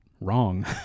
Wrong